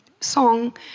song